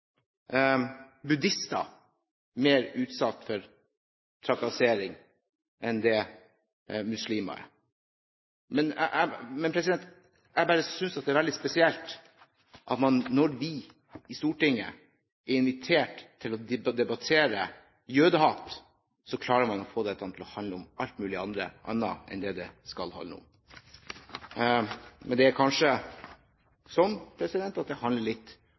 buddhister mer utsatt for trakassering enn det muslimer er. Jeg synes det er veldig spesielt – når vi i Stortinget er invitert til å debattere jødehat – at man klarer å få dette til å handle om alt mulig annet enn det det skal handle om. Men det er kanskje sånn at det handler litt